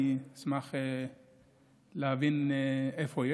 אני אשמח להבין איפה,